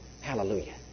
Hallelujah